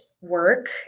work